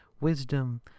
wisdom